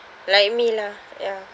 like me lah ya